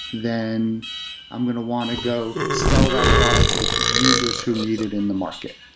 then i'm going to want to go sell that product to the users who need it in the market.